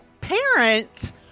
parents